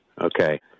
Okay